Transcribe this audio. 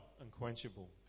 unquenchable